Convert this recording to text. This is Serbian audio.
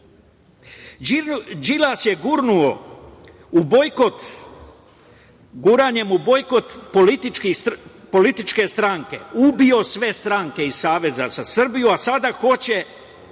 bojkot… guranjem u bojkot političke stranke, ubio sve stranke iz Saveza za Srbiju, a sada hoće